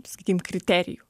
sakykim kriterijų